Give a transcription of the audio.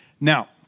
Now